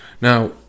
Now